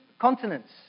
continents